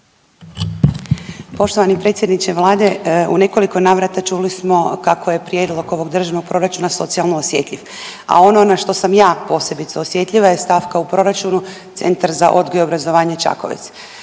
Poštovani predsjedniče Vlade, u nekoliko navrata čuli smo kako je Prijedlog ovog Državnog proračuna socijalno osjetljiv, a ono na što sam ja posebice osjetljiva je stavka u proračunu Centar za odgoj i obrazovanje Čakovec.